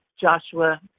Joshua